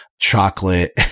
chocolate